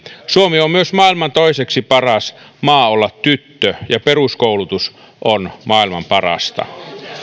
suomi on myös maailman toiseksi paras maa olla tyttö ja peruskoulutus on maailman parasta